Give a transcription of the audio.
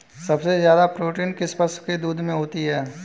सबसे ज्यादा प्रोटीन किस पशु के दूध में होता है?